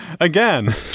again